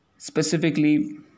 Specifically